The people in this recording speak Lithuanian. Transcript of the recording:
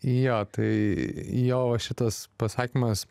jo tai jo va šitas pasakymas